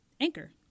Anchor